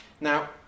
Now